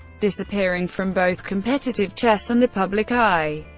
disappearing from both competitive chess and the public eye.